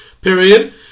period